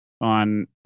on